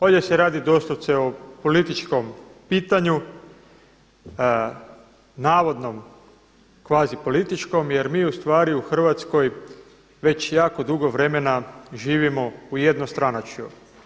Ovdje se radi doslovce o političkom pitanju, navodno kvazi političkom jer mi u stvari u Hrvatskoj već jako dugo vremena živimo u jednostranačju.